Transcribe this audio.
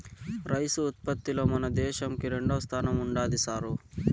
rice ఉత్పత్తిలో మన దేశంకి రెండోస్థానం ఉండాది సారూ